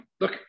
Look